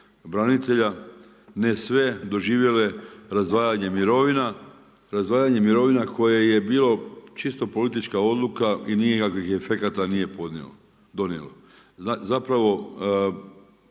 branitelja, ne sve, doživjele razdvajanje mirovina, razdvajanje mirovina koje je bilo čisto politička odluka i nikakvih efekata nije donio. Zapravo